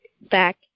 back